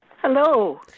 Hello